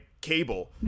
cable